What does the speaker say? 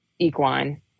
Equine